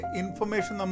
information